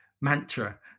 mantra